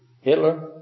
Hitler